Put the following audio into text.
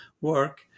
work